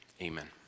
Amen